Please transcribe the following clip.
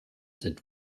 sind